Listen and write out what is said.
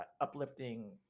uplifting